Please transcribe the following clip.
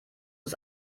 ist